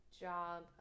job